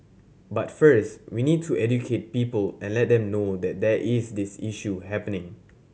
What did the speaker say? but first we need to educate people and let them know that there is this issue happening